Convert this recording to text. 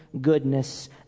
goodness